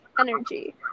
energy